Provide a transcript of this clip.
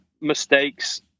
mistakes